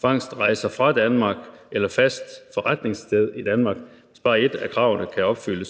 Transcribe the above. fangstrejser fra Danmark eller fast forretningssted i Danmark kan opfyldes.